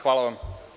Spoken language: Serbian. Hvala vam.